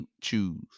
choose